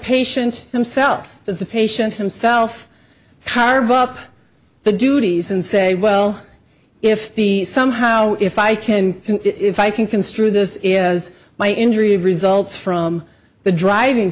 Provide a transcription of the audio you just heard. patient himself as the patient himself carvalho up the duties and say well if the somehow if i can if i can construe this as my injury results from the driving